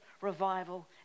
revival